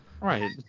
right